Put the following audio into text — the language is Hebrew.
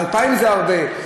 2,000 זה הרבה?